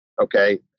Okay